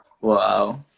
Wow